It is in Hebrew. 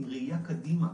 עם ראייה קדימה,